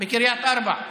בקריית ארבע,